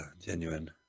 genuine